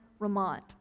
Ramont